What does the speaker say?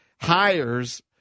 hires